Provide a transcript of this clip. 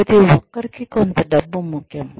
ప్రతి ఒక్కరికీ కొంత డబ్బు ముఖ్యం